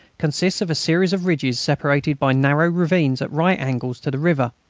consist of a series of ridges separated by narrow ravines at right angles to the river,